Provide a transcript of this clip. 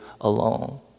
alone